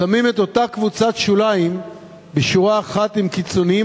שם את אותה קבוצת שוליים בשורה אחת עם קיצוניים